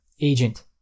agent